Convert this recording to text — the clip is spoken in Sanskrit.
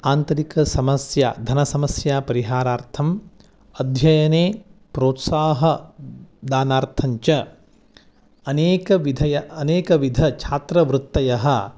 आन्तरिकसमस्या धनसमस्यापरिहारार्थम् अध्ययने प्रोत्साहदानार्थञ्च अनेकविधयः अनेकविधछात्रवृत्तयः